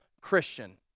Christian